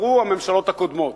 צברו הממשלות הקודמות.